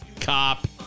Cop